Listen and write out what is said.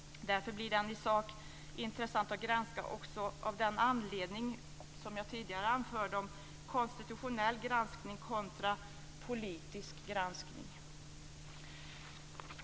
Därför blir det i sak intressant att granska också av den anledning som jag tidigare anförde om en konstitutionell granskning kontra politisk granskning.